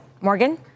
Morgan